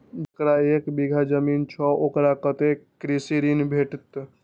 जकरा एक बिघा जमीन छै औकरा कतेक कृषि ऋण भेटत?